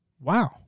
Wow